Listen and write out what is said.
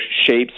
shapes